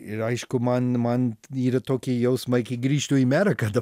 ir aišku man man yra toki jausmai kai grįžtu į merą kada